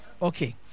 Okay